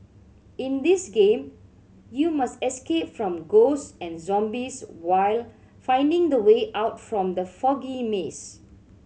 in this game you must escape from ghosts and zombies while finding the way out from the foggy maze